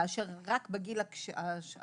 כאשר רק בגיל השלישי,